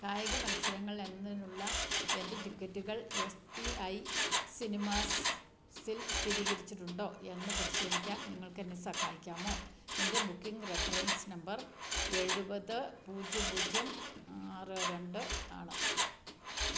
കായിക മത്സരങ്ങൾ എന്നതിനുള്ള എൻ്റെ ടിക്കറ്റുകൾ എസ് പി ഐ സിനിമാസിൽ സ്ഥിരീകരിച്ചിട്ടുണ്ടോ എന്നു പരിശോധിക്കാൻ നിങ്ങൾക്കെന്നെ സഹായിക്കാമോ എൻ്റെ ബുക്കിംഗ് റഫറൻസ് നമ്പർ എഴുപത് പൂജ്യം പൂജ്യം ആറ് രണ്ട് ആണ്